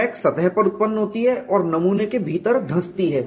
crack सतह पर उत्पन्न होती है और नमूने के भीतर धंसती है